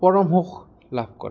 পৰম সুখ লাভ কৰে